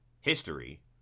history